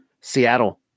Seattle